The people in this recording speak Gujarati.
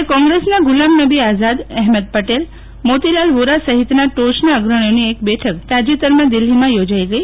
દરમિથાન કોંગ્રેસના ગુલામનબી આઝાદ અહેમદ પટેલ મોતીલાલ વોરા સહિતના ટોચના અગ્રણીઓની એક બેઠક તાજેતરમાં દિલ્હીમાં યોજાઈ ગઈ